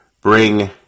bring